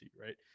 Right